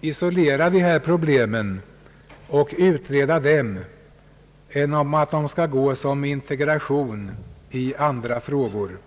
isolera dessa problem och utreda dem än om de skall integreras i andra frågor.